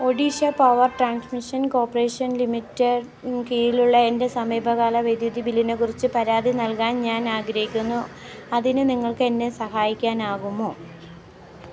Odisha power transmission corporation ലിമിറ്റഡിന് കീഴിലുള്ള എൻ്റെ സമീപകാല വൈദ്യുതി ബില്ലിനെക്കുറിച്ച് പരാതി നൽകാൻ ഞാനാഗ്രഹിക്കുന്നു അതിന് നിങ്ങൾക്കെന്നെ സഹായിക്കാനാകുമോ